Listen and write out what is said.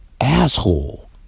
asshole